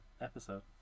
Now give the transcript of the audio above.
episode